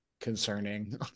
concerning